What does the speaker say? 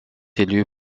élu